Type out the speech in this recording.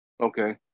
Okay